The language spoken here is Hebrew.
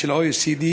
של ה-OECD.